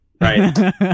right